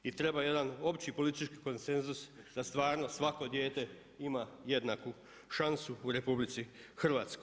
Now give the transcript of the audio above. I treba jedan običan politički koncensus da stvarno svako dijete ima jednaku šansu u RH.